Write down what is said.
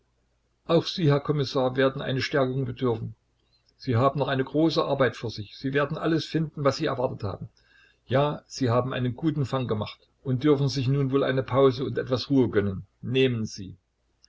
auch sie herr kommissar werden einer stärkung bedürfen sie haben noch eine große arbeit vor sich sie werden alles finden was sie erwartet haben ja sie haben einen guten fang gemacht und dürfen sich nun wohl eine pause und etwas ruhe gönnen nehmen sie